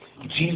Jesus